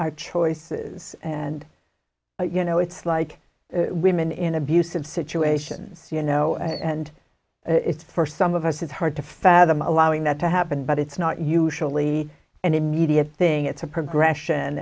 our choices and you know it's like women in abusive situations you know and it's for some of us it's hard to fathom allowing that to happen but it's not usually an immediate thing it's a progression